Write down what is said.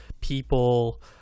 people